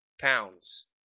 pounds